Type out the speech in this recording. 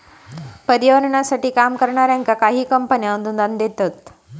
पर्यावरणासाठी काम करणाऱ्यांका काही कंपने अनुदान देतत